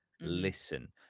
listen